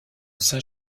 saint